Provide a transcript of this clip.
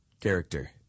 character